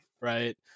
Right